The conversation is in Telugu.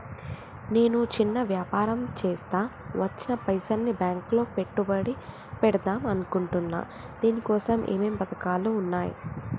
నేను చిన్న వ్యాపారం చేస్తా వచ్చిన పైసల్ని బ్యాంకులో పెట్టుబడి పెడదాం అనుకుంటున్నా దీనికోసం ఏమేం పథకాలు ఉన్నాయ్?